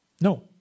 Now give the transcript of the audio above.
No